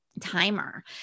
timer